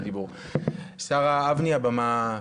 תודה רבה.